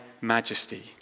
majesty